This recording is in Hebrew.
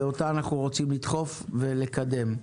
ואותה רוצים לדחוף ולקדם.